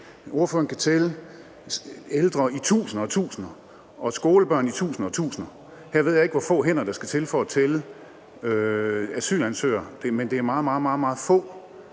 ordføreren kan tælle ældre i tusinder og tusinder og skolebørn i tusinder og tusinder. Her ved jeg ikke, hvor få hænder der skal til for at tælle asylansøgerne, men det er meget, meget få.